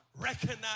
recognize